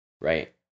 right